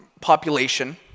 population